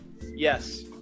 Yes